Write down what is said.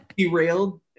derailed